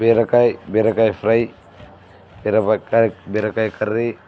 బీరకాయ బీరకాయ ఫ్రై బీరకాయ బీరకాయ కర్రీ